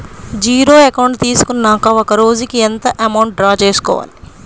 Zero account తీసుకున్నాక ఒక రోజుకి ఎంత అమౌంట్ డ్రా చేసుకోవాలి?